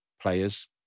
players